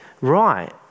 right